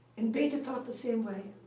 and bethe thought the same way.